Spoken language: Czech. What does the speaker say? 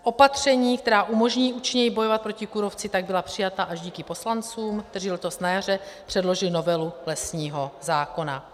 Opatření, která umožní účinněji bojovat proti kůrovci, tak byla přijata až díky poslancům, kteří letos na jaře předložili novelu lesního zákona.